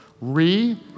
Re